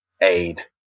aid